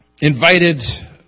invited